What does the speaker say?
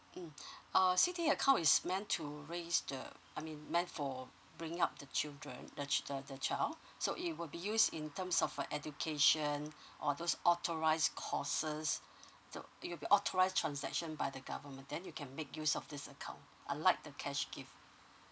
mm uh C_D_A account is meant to raise the I mean meant for bringing up the children the chill the the child so it will be used in terms of uh education or those authorize courses so it will be authorize transaction by the government then you can make use of this account unlike to cash gift